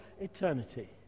eternity